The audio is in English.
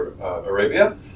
Arabia